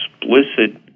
explicit